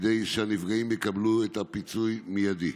כדי שהנפגעים יקבלו את הפיצוי באופן מיידי?